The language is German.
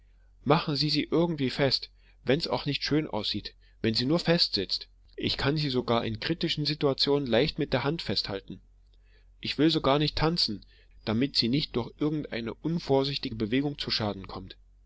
machen sie sie irgendwie fest wenn's auch nicht schön aussieht wenn sie nur fest sitzt ich kann sie sogar in kritischen situationen leicht mit der hand festhalten ich will sogar nicht tanzen damit sie nicht durch irgendeine unvorsichtige bewegung zu schaden kommt